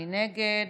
מי נגד?